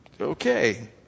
okay